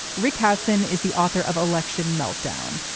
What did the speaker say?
rick hasen is the author of election meltdown.